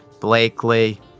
Blakely